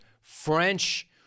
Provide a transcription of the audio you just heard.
French